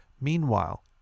meanwhile